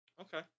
Okay